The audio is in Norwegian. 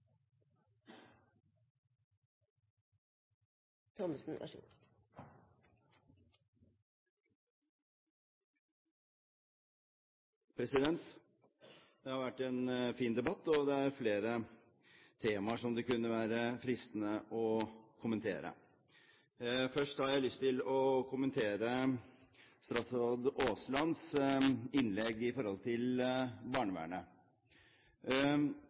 flere temaer som det kunne være fristende å kommentere. Først har jeg lyst til å kommentere statsråd Aaslands innlegg i forhold til barnevernet.